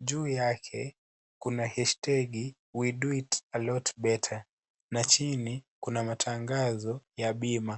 Juu yake kuna #tag we do it a lot better na chini kuna matangazo ya pima.